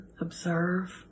observe